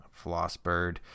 Flossbird